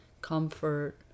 comfort